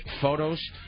photos